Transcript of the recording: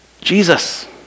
Jesus